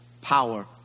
Power